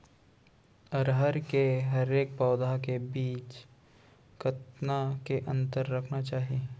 अरहर के हरेक पौधा के बीच कतना के अंतर रखना चाही?